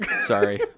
sorry